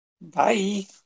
Bye